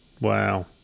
Wow